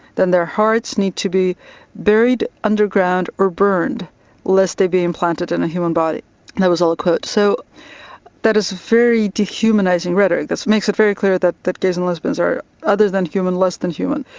then their hearts need to be buried underground or burned lest they be implanted in a human body. and that was all a quote. so that is very dehumanising rhetoric. that makes it very clear that that gays and lesbians are other than human, less than human.